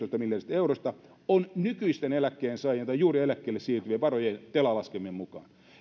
eurosta on nykyisten eläkkeensaajien tai juuri eläkkeelle siirtyvien varoja telan laskelmien mukaan